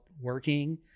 working